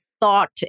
thought